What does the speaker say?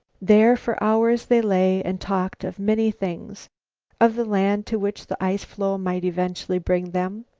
there for hours they lay and talked of many things of the land to which the ice-floe might eventually bring them,